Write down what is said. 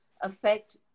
affect